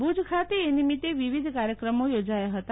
ભુજ ખાતે એ નિમિત્તે વિવિધ કાર્યક્રમો થોજાયા હતા